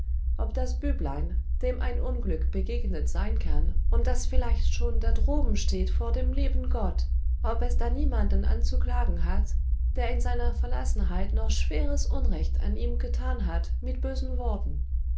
ob das büblein dem ein unglück begegnet sein kann und das vielleicht schon da droben steht vor dem lieben gott ob es da niemanden anzuklagen hat der in seiner verlassenheit noch schweres unrecht an ihm getan hat mit bösen worten